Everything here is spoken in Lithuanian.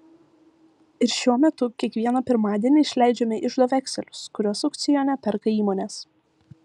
ir šiuo metu kiekvieną pirmadienį išleidžiame iždo vekselius kuriuos aukcione perka įmonės